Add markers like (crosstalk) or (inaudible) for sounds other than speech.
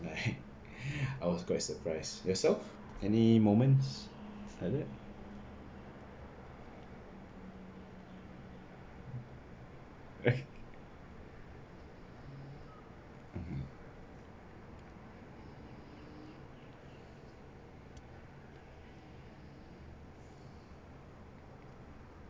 I had I was quite surprise yourself any moments like that (laughs)